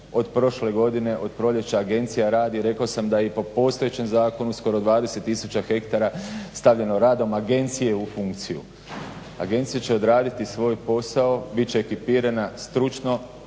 Od prošle godine, od proljeća agencija radi rekao sam da i po postojećem zakonu skoro 20 tisuća hektara je stavljeno radom agencije u funkciju. Agencija će odraditi svoj posao, bit će ekipirana stručno,